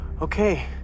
Okay